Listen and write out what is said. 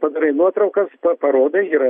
padarai nuotraukas parodai ir